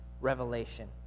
revelation